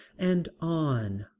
and on,